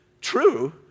true